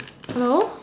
hello